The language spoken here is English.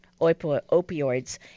opioids